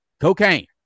cocaine